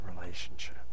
relationship